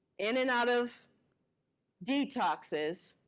in and out of detoxes.